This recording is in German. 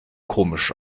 komisch